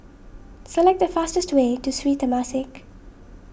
select the fastest way to Sri Temasek